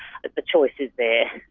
the choice is there.